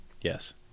yes